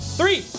three